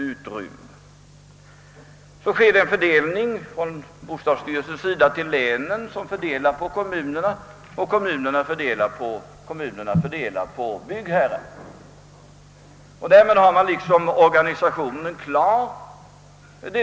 Därefter fördelar bostadsstyrelsen kvoterna till länen som fördelar dem till kommunerna vilka i sin tur fördelar till byggherrarna. Därmed har man liksom organisationen klar.